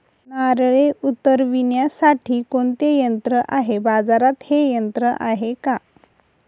नारळे उतरविण्यासाठी कोणते यंत्र आहे? बाजारात हे यंत्र आहे का?